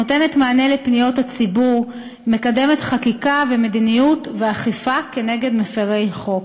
נותנת מענה לפניות הציבור ומקדמת חקיקה ומדיניות ואכיפה כנגד מפרי חוק.